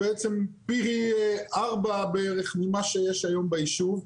זה בעצם פי ארבע בערך ממה שיש היום ביישוב.